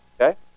okay